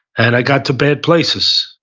and i got to bad places.